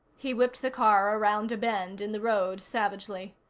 he whipped the car around a bend in the road savagely.